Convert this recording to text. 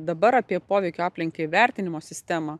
dabar apie poveikio aplinkai vertinimo sistemą